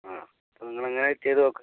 ആ അപ്പം നിങ്ങളങ്ങനെ ചെയ്ത് നോക്ക്